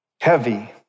heavy